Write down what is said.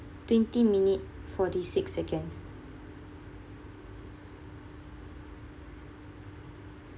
twenty minute forty six seconds